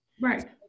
Right